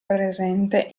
presente